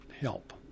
help